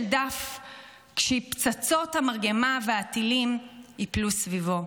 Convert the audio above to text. דף כשפצצות המרגמה והטילים ייפלו סביבו.